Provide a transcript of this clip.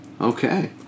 Okay